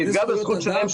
זה יפגע בזכות שלהם,